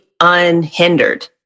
unhindered